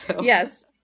Yes